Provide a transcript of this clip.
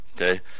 Okay